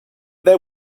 there